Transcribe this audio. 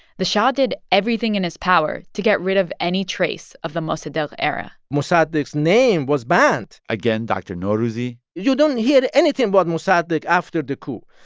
the shah did everything in his power to get rid of any trace of the mossadegh era mossadegh's name was banned again, dr. norouzi you don't hear anything about mossadegh after the coup.